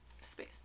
Space